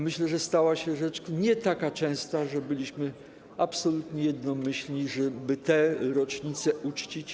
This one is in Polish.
Myślę, że stała się rzecz nie taka częsta, że byliśmy absolutnie jednomyślni, żeby tę rocznicę uczcić.